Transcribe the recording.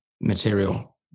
material